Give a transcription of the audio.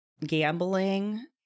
gambling